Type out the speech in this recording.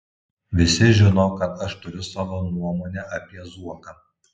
visi žino kad aš turiu savo nuomonę apie zuoką